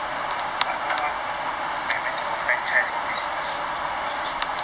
err the other [one] I went to franchise one business e-commerce business